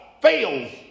fails